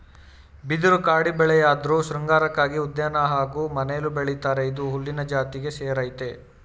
ಬಿದಿರು ಕಾಡುಬೆಳೆಯಾಧ್ರು ಶೃಂಗಾರಕ್ಕಾಗಿ ಉದ್ಯಾನ ಹಾಗೂ ಮನೆಲೂ ಬೆಳಿತರೆ ಇದು ಹುಲ್ಲಿನ ಜಾತಿಗೆ ಸೇರಯ್ತೆ